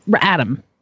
Adam